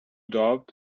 doubt